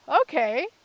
okay